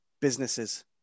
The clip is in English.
businesses